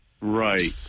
right